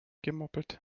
gemoppelt